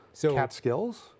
Catskills